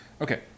Okay